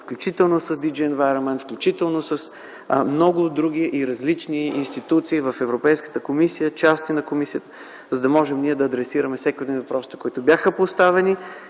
включително с „Ди джи инвайърмънт”, включително с много други различни институции в Европейската комисия и части на комисията, за да можем да адресираме всеки от въпросите, които бяха поставени.